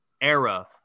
era